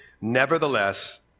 Nevertheless